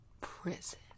prison